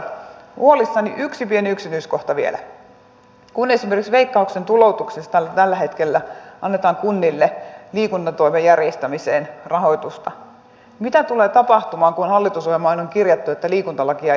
olen huolissani siitä yksi pieni yksityiskohta vielä että kun esimerkiksi veikkauksen tuloutuksista tällä hetkellä annetaan kunnille liikuntatoimen järjestämiseen rahoitusta niin mitä tulee tapahtumaan kun hallitusohjelmaan on kirjattu että liikuntalakia ei tarvitse noudattaa